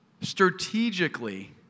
strategically